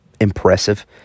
impressive